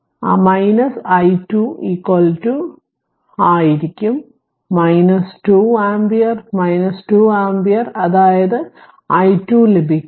അതിനാൽ i2 ആയിരിക്കും 2 ampere 2 ampere അതായത് i2 ലഭിക്കും